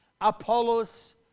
Apollos